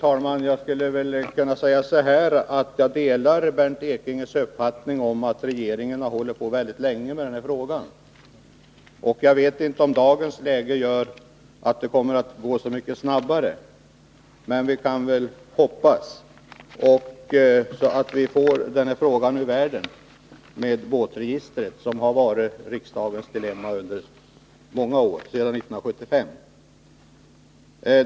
Fru talman! Jag delar Bernt Ekinges uppfattning om att regeringen har hållit på väldigt länge med den här frågan. Jag vet inte om dagens läge gör att det kommer att gå så mycket snabbare. Men vi kan väl hoppas att vi snart får den här frågan ur världen, för detta med ett båtregister har ju varit riksdagens dilemma under många år — sedan 1975.